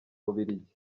bubiligi